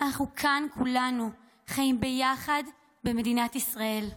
אנחנו כאן כולנו חיים ביחד במדינת ישראל,